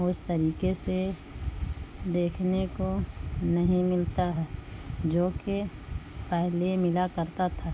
اس طریقے سے دیکھنے کو نہیں ملتا ہے جو کہ پہلے ملا کرتا تھا